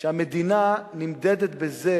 שהמדינה נמדדת בזה